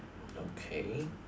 okay